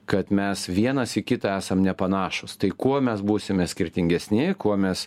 kad mes vienas į kitą esam nepanašūs tai kuo mes būsime skirtingesni kuo mes